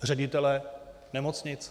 Ředitelé nemocnic?